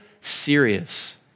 serious